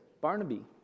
Barnaby